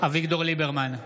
אביגדור ליברמן,